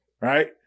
right